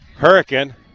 Hurricane